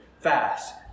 fast